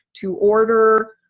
to order.